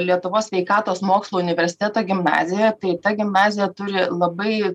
lietuvos sveikatos mokslų universiteto gimnazijoje tai ta gimnazija turi labai